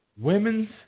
Women's